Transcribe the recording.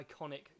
iconic